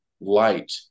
light